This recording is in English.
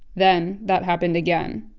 then that happened again.